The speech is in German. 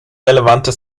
relevante